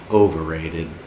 overrated